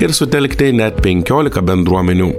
ir sutelkti net penkiolika bendruomenių